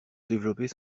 développer